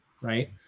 right